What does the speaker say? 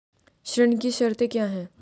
ऋण की शर्तें क्या हैं?